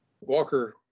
Walker